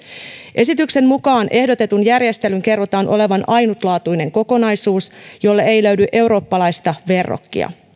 esityksen mukaan ehdotetun järjestelyn kerrotaan olevan ainutlaatuinen kokonaisuus jolle ei löydy eurooppalaista verrokkia